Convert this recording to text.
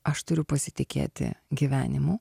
aš turiu pasitikėti gyvenimu